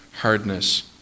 hardness